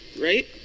right